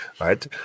Right